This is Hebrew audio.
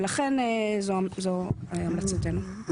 ולכן, זו המלצתנו.